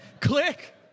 click